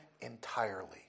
entirely